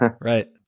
Right